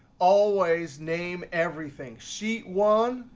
always name everything. sheet one,